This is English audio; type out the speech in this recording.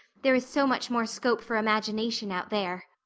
there is so much more scope for imagination out there.